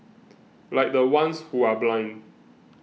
like the ones who are blind